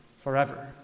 forever